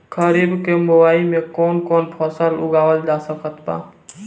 खरीब के बोआई मे कौन कौन फसल उगावाल जा सकत बा?